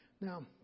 Now